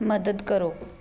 ਮਦਦ ਕਰੋ